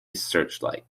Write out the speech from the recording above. searchlight